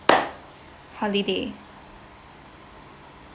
holiday